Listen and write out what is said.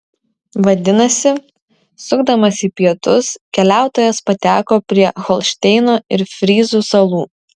vadinasi sukdamas į pietus keliautojas pateko prie holšteino ir fryzų salų